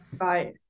right